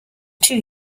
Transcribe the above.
two